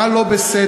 מה לא בסדר,